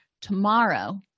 tomorrow